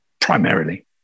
primarily